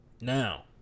Now